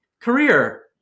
career